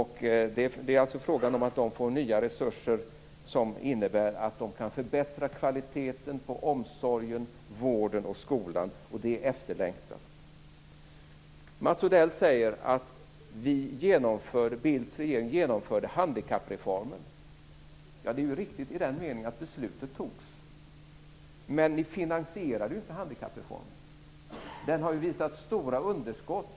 De får alltså nya resurser som innebär att de kan förbättra kvaliteten på omsorgen, vården och skolan, och det är efterlängtat. Mats Odell säger att Bildts regering genomförde handikappreformen. Det är riktigt i den meningen att ett sådant beslut fattades, men ni finansierade ju inte reformen. Den har visat stora underskott.